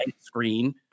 screen